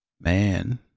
Man